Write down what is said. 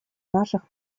наших